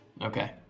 Okay